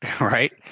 right